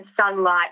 sunlight